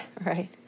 right